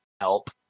help